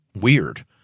weird